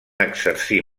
exercir